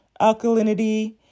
alkalinity